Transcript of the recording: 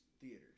theaters